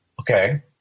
Okay